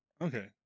Okay